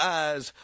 eyes